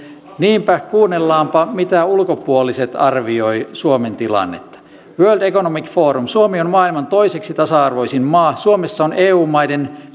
niinpä kuunnellaanpa miten ulkopuoliset arvioivat suomen tilannetta world economic forum suomi on maailman toiseksi tasa arvoisin maa suomessa on eu maiden